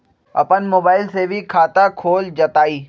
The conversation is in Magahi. अपन मोबाइल से भी खाता खोल जताईं?